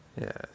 Yes